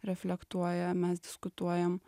reflektuoja mes diskutuojam